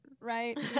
right